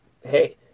hey